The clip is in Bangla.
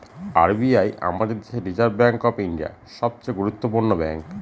আর বি আই আমাদের দেশের রিসার্ভ ব্যাঙ্ক অফ ইন্ডিয়া, সবচে গুরুত্বপূর্ণ ব্যাঙ্ক